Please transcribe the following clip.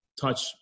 touch